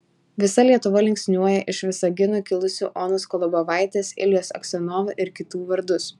visa lietuva linksniuoja iš visagino kilusių onos kolobovaitės iljos aksionovo ir kitų vardus